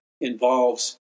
involves